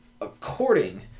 according